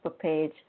page